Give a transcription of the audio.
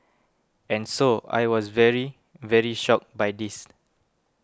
and so I was very very shocked by this